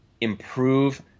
improve